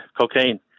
cocaine